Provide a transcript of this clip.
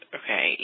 okay